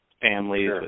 families